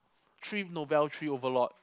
three novel three overlord